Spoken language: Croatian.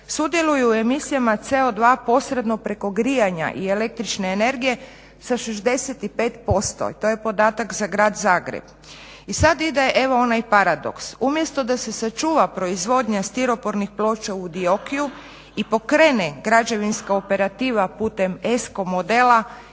sudjeluju u emisijama CO2 posredno preko grijanja i el. energije za 65%. To je podatak za grad Zagreb. I sada ide evo onaj paradoks, umjesto da se sačuva proizvodnja stiropornih ploča u Dioki-u i pokrene građevinska operativa putem ESCO modela